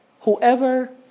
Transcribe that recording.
Whoever